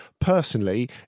personally